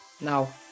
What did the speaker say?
Now